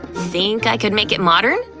think i could make it modern?